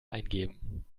eingeben